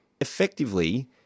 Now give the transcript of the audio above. effectively